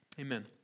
Amen